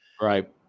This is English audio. Right